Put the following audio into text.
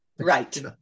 right